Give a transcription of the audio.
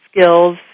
skills